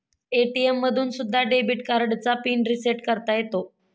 ATM मधून सुद्धा debit कार्डचा पिन रिसेट करता येतो